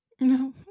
No